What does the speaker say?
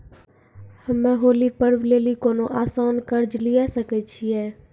हम्मय होली पर्व लेली कोनो आसान कर्ज लिये सकय छियै?